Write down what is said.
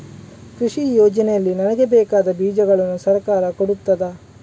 ಕೃಷಿ ಯೋಜನೆಯಲ್ಲಿ ನನಗೆ ಬೇಕಾದ ಬೀಜಗಳನ್ನು ಸರಕಾರ ಕೊಡುತ್ತದಾ?